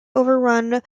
overrun